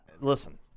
Listen